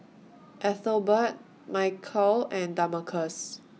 Ethelbert Michial and Damarcus